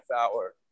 hour